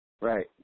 Right